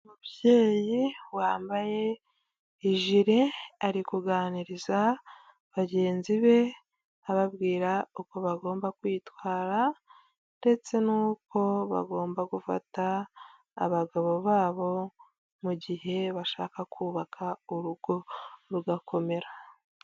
Umubyeyi wambaye ijire ari kuganiriza bagenzi be ababwira uko bagomba kwitwara ndetse n'uko bagomba gufata abagabo babo mu gihe bashaka kubaka urugo rugakomera.